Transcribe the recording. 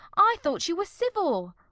i thought you were civil.